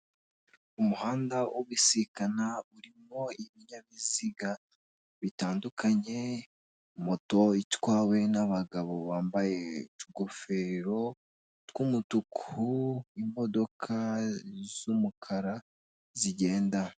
Umuhanda wo gusikana urimo ibinyabiziga bitandukanye, moto itwawe n'abagabo bambaye utugofero tw'umutuku, imodoka z'umukara zigenda.